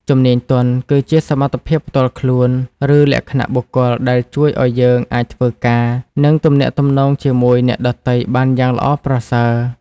ជំនាញទន់ គឺជាសមត្ថភាពផ្ទាល់ខ្លួន ឬលក្ខណៈបុគ្គលដែលជួយឲ្យយើងអាចធ្វើការ និងទំនាក់ទំនងជាមួយអ្នកដទៃបានយ៉ាងល្អប្រសើរ។